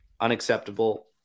unacceptable